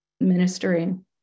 ministering